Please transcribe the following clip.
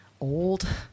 old